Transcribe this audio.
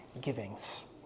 givings